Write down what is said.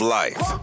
life